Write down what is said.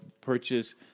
purchase